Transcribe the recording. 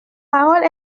parole